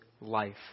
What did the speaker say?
life